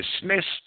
dismissed